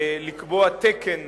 באות לקבוע תקן,